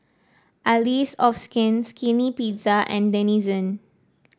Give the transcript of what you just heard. Allies of Skin Skinny Pizza and Denizen